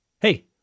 Hey